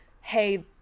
Hey